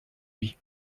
lui